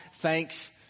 Thanks